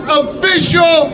official